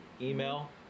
Email